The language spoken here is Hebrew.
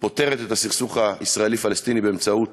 פותרת את הסכסוך הישראלי פלסטיני באמצעות